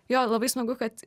jo labai smagu kad